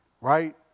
right